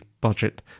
budget